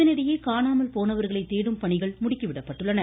இதனிடையே காணாமல் போனவர்களை தேடும் பணிகள் முடுக்கி விடப்பட்டுள்ளது